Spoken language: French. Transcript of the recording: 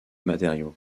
matériau